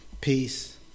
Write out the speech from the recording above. peace